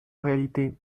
réalité